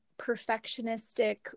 perfectionistic